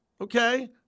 okay